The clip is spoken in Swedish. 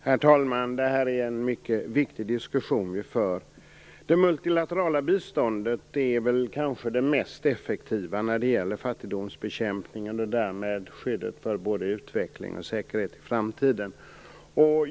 Herr talman! Det är en mycket viktig diskussion vi för. Det multilaterala biståndet är kanske det mest effektiva när det gäller fattigdomsbekämpningen och därmed skyddet för både utveckling och säkerhet i framtiden.